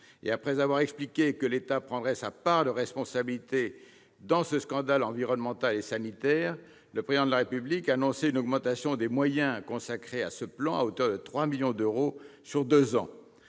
après avoir expliqué que l'État prendrait « sa part de responsabilité » dans ce scandale environnemental et sanitaire, le Président de la République a annoncé une augmentation des moyens consacrés à ce plan à hauteur de 3 millions d'euros sur deux ans.